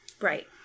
right